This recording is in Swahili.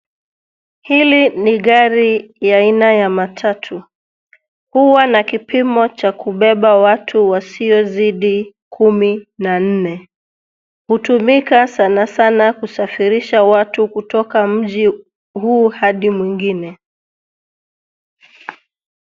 Hili ni gari ya aina ya matatu, huwa na kipimo cha kubeba watu wasiozidi kumi na nne. Hutumika sanasana kusafirisha watu kutoka mji huu hadi mwingine.